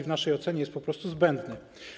W naszej ocenie jest on po prostu zbędny.